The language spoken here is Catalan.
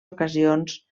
ocasions